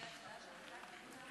חברת הכנסת פלוסקוב,